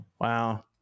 wow